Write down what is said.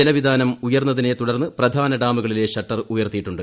ജലവിതാനം ഉയർന്നതിനെ തുടർന്ന് പ്രധാന ഡാമു കളിലെ ഷട്ടർ ഉയർത്തിയിട്ടുണ്ട്